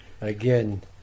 again